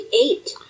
eight